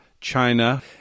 China